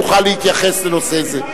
יוכל להתייחס לנושא זה.